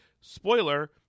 spoiler